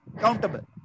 countable